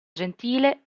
gentile